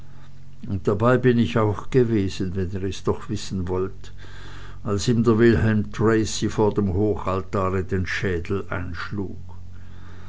und dabei bin ich auch gewesen wenn ihr es doch wissen wollt als ihm der wilhelm tracy vor dem hochaltare den schädel einschlug